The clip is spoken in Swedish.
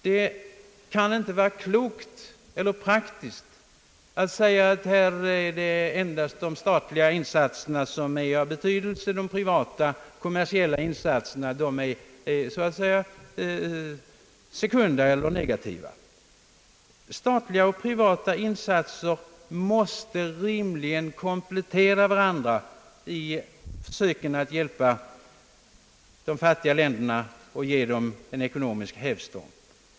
Det kan inte vara klokt, eller praktiskt att säga att här är endast de statliga insatserna av betydelse och att privata och kommersiella insatser är sekunda eller negativa. Statliga och privata insatser måste komplettera varandra i försöken att hjälpa de fattiga länderna och att ge dem en ekonomisk hävstång.